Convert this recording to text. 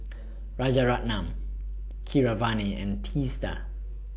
Rajaratnam Keeravani and Teesta